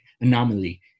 anomaly